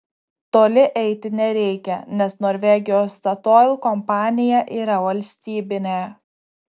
toli eiti nereikia nes norvegijos statoil kompanija yra valstybinė